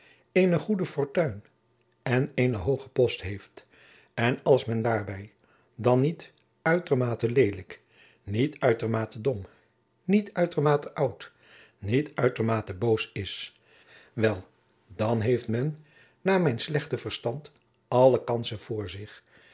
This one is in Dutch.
eene goede fortuin en eene hooge post heeft en als men daarbij dan niet oetermate lelijk niet oetermate dom niet oetermate old niet oetermate boos is wel dan heeft men naôr mijn slechte verstand alle kansen voor zich